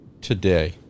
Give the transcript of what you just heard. today